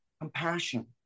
compassion